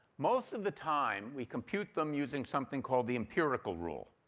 most of the time we compute them using something called the empirical rule.